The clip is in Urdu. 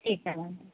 ٹھیک ہے میڈم